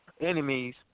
Enemies